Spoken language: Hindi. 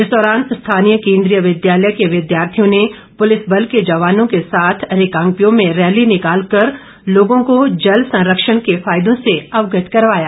इस दौरान स्थानीय केंद्रीय विद्यालय के विद्यार्थियों ने पुलिस बल के जवानों के साथ रिकांगपिओॅ में रैली निकाल कर लोगों को जल संरक्षण के फायदों से अवगत करवाया